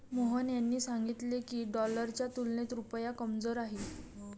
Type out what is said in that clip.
मोहन यांनी सांगितले की, डॉलरच्या तुलनेत रुपया कमजोर आहे